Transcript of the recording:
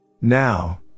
Now